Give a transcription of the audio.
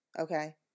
okay